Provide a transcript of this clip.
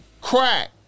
crack